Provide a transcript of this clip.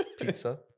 Pizza